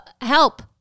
help